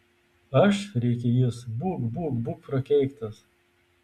aš rėkė jis būk būk būk prakeiktas